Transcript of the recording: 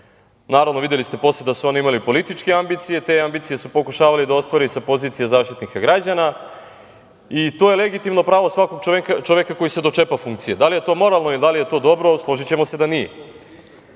interesu. Naravno, videli ste posle da su oni imali političke ambicije, te ambicije su pokušavali da ostvare i sa pozicije Zaštitnika građana i to je legitimno pravo svakog čoveka koji se dočepa funkcije. Da li je to moralno ili da li je to dobro, složićemo se da